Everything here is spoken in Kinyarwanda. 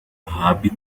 ahabwe